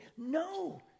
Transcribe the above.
No